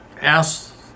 ask